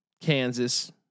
Kansas